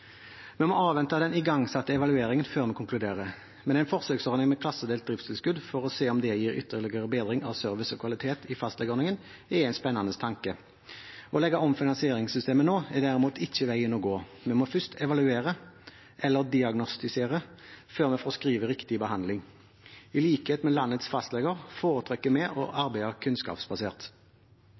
Vi må avvente den igangsatte evalueringen før vi konkluderer, men en forsøksordning med klassedelt driftstilskudd for å se om det gir ytterligere bedring av service og kvalitet i fastlegeordningen, er en spennende tanke. Å legge om finansieringssystemet nå er derimot ikke veien å gå. Vi må først evaluere, eller diagnostisere, før vi foreskriver riktig behandling. I likhet med landets fastleger foretrekker vi å arbeide kunnskapsbasert.